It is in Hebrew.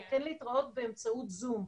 אבל כן להתראות באמצעות זום.